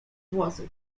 włosów